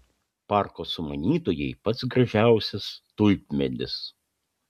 parko sumanytojai pats gražiausias tulpmedis